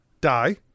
Die